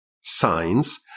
signs